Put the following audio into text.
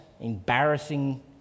embarrassing